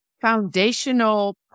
foundational